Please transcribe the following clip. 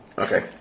Okay